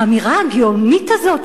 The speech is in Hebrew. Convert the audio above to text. האמירה הגאונית הזאת,